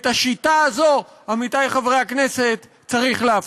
את השיטה הזאת, עמיתי חברי הכנסת, צריך להפסיק.